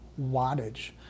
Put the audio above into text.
wattage